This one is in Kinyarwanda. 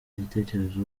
igitekerezo